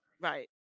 Right